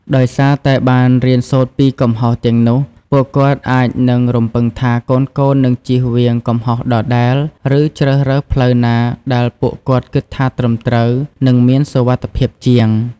ដោយសារតែបានរៀនសូត្រពីកំហុសទាំងនោះ ពួកគាត់អាចនឹង រំពឹងថាកូនៗនឹងជៀសវាងកំហុសដដែល ឬជ្រើសរើសផ្លូវណាដែលពួកគាត់គិតថាត្រឹមត្រូវ និងមានសុវត្ថិភាពជាង។